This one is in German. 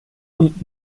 und